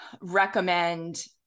recommend